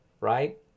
right